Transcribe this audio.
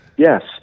Yes